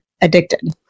addicted